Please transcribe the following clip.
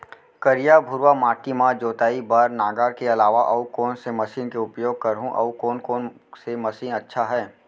करिया, भुरवा माटी म जोताई बार नांगर के अलावा अऊ कोन से मशीन के उपयोग करहुं अऊ कोन कोन से मशीन अच्छा है?